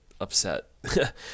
upset